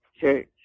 church